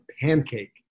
pancake